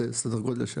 זה סדר גודל של